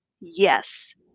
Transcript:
yes